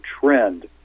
trend